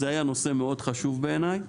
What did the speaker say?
זה היה נושא מאוד חשוב בעיניי,